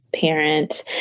parent